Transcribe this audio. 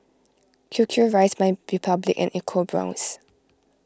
Q Q Rice MyRepublic and EcoBrown's